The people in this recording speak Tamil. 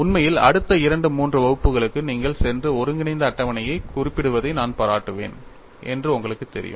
உண்மையில் அடுத்த இரண்டு மூன்று வகுப்புகளுக்கு நீங்கள் சென்று ஒருங்கிணைந்த அட்டவணையை குறிப்பிடுவதை நான் பாராட்டுவேன் என்று உங்களுக்குத் தெரியும்